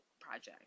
project